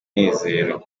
umunezero